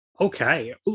Okay